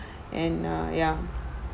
and uh ya